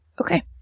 Okay